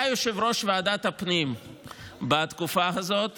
היה יושב-ראש ועדת הפנים בתקופה הזאת